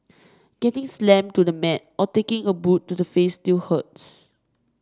getting slammed to the mat or taking a boot to the face still hurts